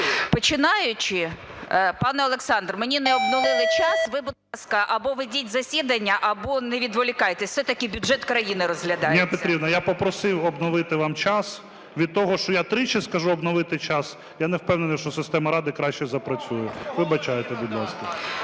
Починаючи... Пане Олександре, мені не обновили час. Ви, будь ласка, або ведіть засідання, або не відволікайте, все-таки бюджет країни розглядається. ГОЛОВУЮЧИЙ. Ніна Петрівна, я попросив обновити вам час. Від того, що я тричі скажу обновити час, я не впевнений, що система "Рада" краще запрацює. Вибачайте, будь ласка.